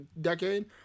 decade